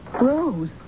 Rose